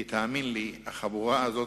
כי, תאמין לי, החבורה הזאת